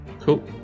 Cool